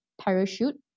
parachute